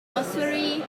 ossuary